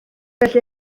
felly